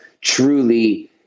truly –